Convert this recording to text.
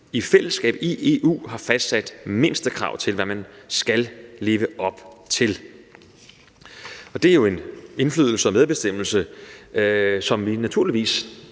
i fællesskab i EU har fastsat mindstekrav til, hvad man skal leve op til. Det er jo en indflydelse og medbestemmelse, som vi naturligvis